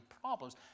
problems